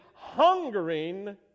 Hungering